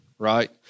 Right